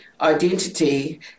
identity